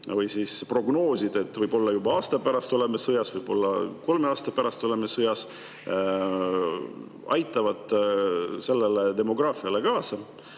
või prognoosid, et võib-olla juba aasta pärast oleme sõjas, võib-olla kolme aasta pärast oleme sõjas, aitavad demograafilise